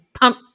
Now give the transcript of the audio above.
pump